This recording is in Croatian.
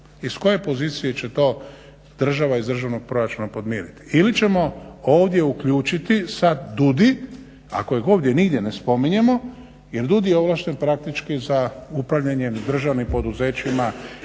iz koje pozicije će to država iz državnog proračuna podmiriti ili ćemo ovdje uključiti DUDI, ako ih ovdje nigdje ne spominjemo jer DUDI je ovlašten praktički za upravljanje državnim poduzećima